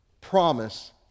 promise